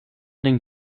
den